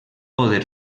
poder